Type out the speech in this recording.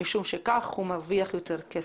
משום שכך הוא מרוויח יותר כסף.